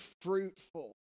fruitful